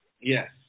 Yes